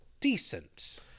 decent